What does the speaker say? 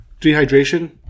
dehydration